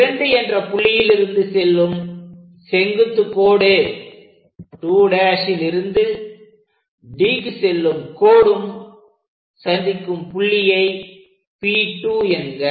2 என்ற புள்ளியில் இருந்து செல்லும் செங்குத்துக் கோடு 2' லிருந்து Dக்கு செல்லும் கோடும் சந்திக்கும் புள்ளியை P2 என்க